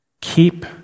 keep